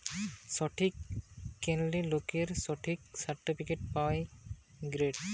stock কিনলে লোকরা stock certificate পায় গটে